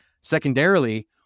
Secondarily